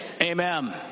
Amen